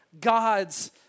God's